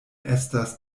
estas